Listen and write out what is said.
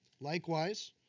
Likewise